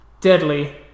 Deadly